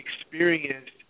experienced